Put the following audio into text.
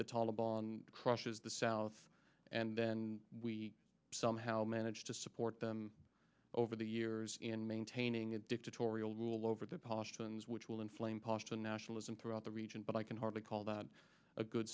the taliban crushes the south and then we somehow manage to support them over the years and maintaining a dictatorial rule over the pashtuns which will inflame pasta nationalism throughout the region but i can hardly call that a good